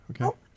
Okay